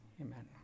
Amen